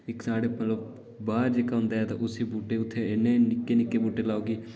इक साढ़ा जेह्का वार जेह्का होंदा ऐ उसी बूह्टे जेह्के उत्थै निक्के निक्के बूह्टे लाओ